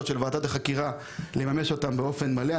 של ועדת החקירה אנחנו נצטרך לממש אותן באופן מלא.